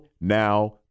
now